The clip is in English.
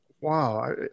wow